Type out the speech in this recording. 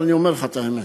אבל אני אומר לך את האמת: